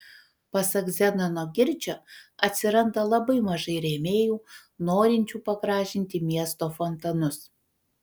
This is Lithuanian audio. pasak zenono girčio atsiranda labai mažai rėmėjų norinčių pagražinti miesto fontanus